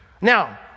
Now